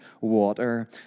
water